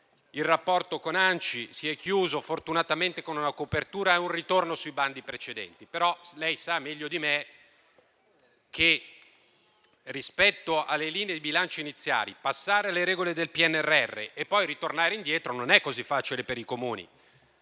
il rapporto con ANCI si è chiuso, fortunatamente, con una copertura e un ritorno sui bandi precedenti, però lei sa meglio di me che, rispetto alle linee di bilancio iniziali, passare alle regole del PNRR e poi ritornare indietro non è così facile per i Comuni.